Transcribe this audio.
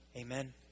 Amen